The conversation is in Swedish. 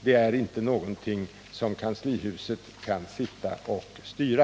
Det är inte någonting som kanslihuset kan styra.